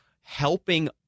helping